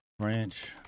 French